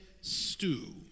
stew